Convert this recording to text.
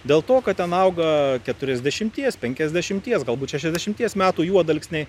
dėl to kad ten auga keturiasdešimties penkiasdešimties galbūt šešiasdešimties metų juodalksniai